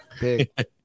Big